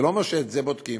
זה לא אומר שאת זה בודקים,